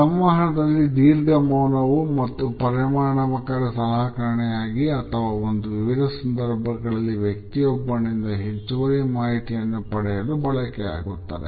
ಸಂವಹನದಲ್ಲಿ ದೀರ್ಘ ಮೌನವು ಒಂದು ಪರಿಣಾಮಕಾರಿ ಸಲಕರಣೆಯಾಗಿ ಮತ್ತು ವಿವಿಧ ಸಂದರ್ಭಗಳಲ್ಲಿ ವ್ಯಕ್ತಿಯೊಬ್ಬನಿಂದ ಹೆಚ್ಚುವರಿ ಮಾಹಿತಿಯನ್ನು ಪಡೆಯಲು ಬಳಕೆಯಾಗುತ್ತದೆ